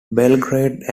belgrade